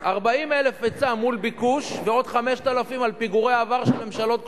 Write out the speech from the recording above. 40,000 היצע מול ביקוש ועוד 5,000 על פיגורי עבר של ממשלות קודמות.